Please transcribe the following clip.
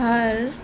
ਹਰ